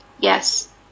Yes